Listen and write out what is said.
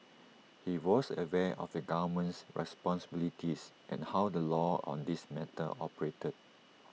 he was aware of the government's responsibilities and how the law on this matter operated